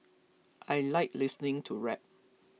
I like listening to rap